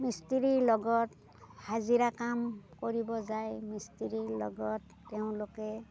মিস্ত্ৰীৰ লগত হাজিৰা কাম কৰিব যায় মিস্ত্ৰীৰ লগত তেওঁলোকে